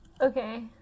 Okay